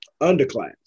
underclass